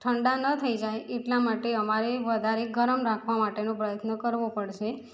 ઠંડાં ન થઈ જાય એટલા માટે અમારે વધારે ગરમ રાખવા માટેનો પ્રયત્ન કરવો પડશે